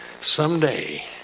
Someday